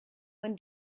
when